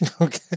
Okay